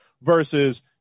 versus